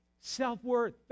Self-worth